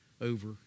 over